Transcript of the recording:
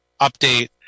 update